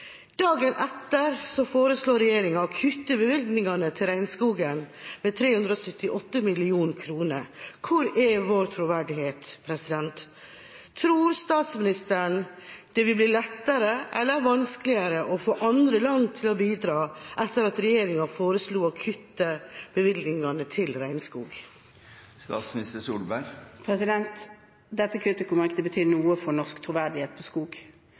Dagen etter foreslår regjeringa å kutte bevilgningene til regnskogen med 378 mill. kr. Hvor er vår troverdighet? Tror statsministeren det vil bli lettere eller vanskeligere å få andre land til å bidra etter at regjeringa foreslo å kutte bevilgningene til regnskog? Dette kuttet kommer ikke til å bety noe for norsk troverdighet når det gjelder skog.